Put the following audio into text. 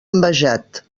envejat